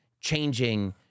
changing